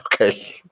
okay